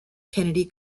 kennedy